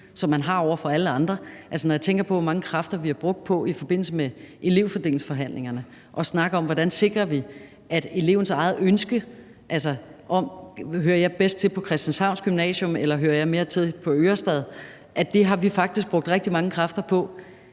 som man har over for alle andre. Når jeg tænker på, hvor mange kræfter vi har brugt i forbindelse med elevfordelingsforhandlingerne på at snakke om, hvordan vi sikrer, at det er elevens eget ønske – altså, hører jeg bedst til på Christianshavns Gymnasium, eller hører jeg mere til på Ørestad Gymnasium? – for det har vi faktisk brugt rigtig mange kræfter på,